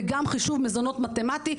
וגם חישוב מזונות מתמטי,